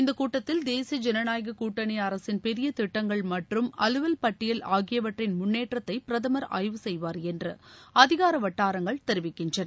இந்த கூட்டத்தில் தேசிய ஜனநாயக கூட்டனி அரசின் பெரிய திட்டங்கள் மற்றும் அலுவல் பட்டியல் ஆகியவற்றின் முன்னேற்றத்தை பிரதமர் ஆய்வு செய்வார் என்று அதிகார வட்டாரங்கள் தெரிவிக்கின்றன